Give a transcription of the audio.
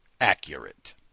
accurate